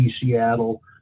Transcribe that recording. Seattle